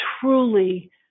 truly